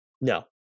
No